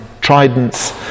tridents